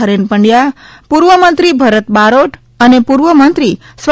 હરેન પંડયા પૂર્વ મંત્રી ભરત બારોટ અને પૂર્વ મંત્રી સ્વ